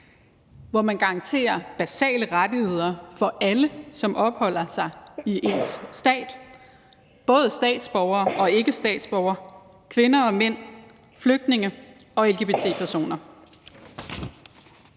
hvor man garanterer basale rettigheder for alle, som opholder sig i ens stat – både statsborgere og ikkestatsborgere, kvinder og mænd, flygtninge og lgbt-personer.